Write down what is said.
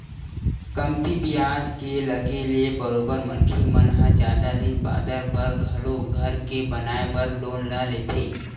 कमती बियाज के लगे ले बरोबर मनखे मन ह जादा दिन बादर बर घलो घर के बनाए बर लोन ल लेथे